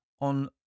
on